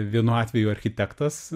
vienu atveju architektas